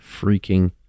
freaking